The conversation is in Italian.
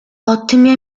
ottimi